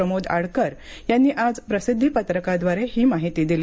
प्रमोद आडकर यांनी आज प्रसिद्धी पत्रकाद्वारे ही माहिती दिली